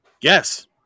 Yes